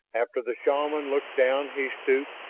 after the shaman looked down he stooped,